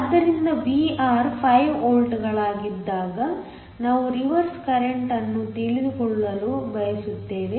ಆದ್ದರಿಂದ Vr 5 ವೋಲ್ಟ್ಗಳಾಗಿದ್ದಾಗ ನಾವು ರಿವರ್ಸ್ ಕರೆಂಟ್ಅನ್ನು ತಿಳಿದುಕೊಳ್ಳಲು ಬಯಸುತ್ತೇವೆ